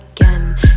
again